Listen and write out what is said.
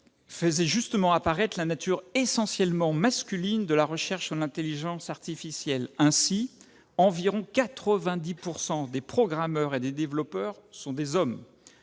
faisait justement apparaître la nature essentiellement masculine de la recherche en intelligence artificielle. Environ 90 % des programmeurs et des développeurs sont des hommes.